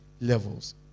levels